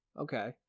okay